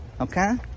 Okay